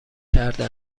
کرده